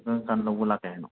ꯀꯔꯝꯀꯥꯟ ꯂꯧꯕ ꯂꯥꯛꯀꯦ ꯍꯥꯏꯅꯣ